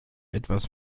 etwas